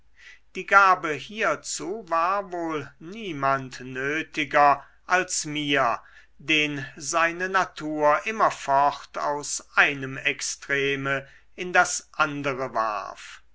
die gabe hierzu war wohl niemand nötiger als mir den seine natur immerfort aus einem extreme in das andere warf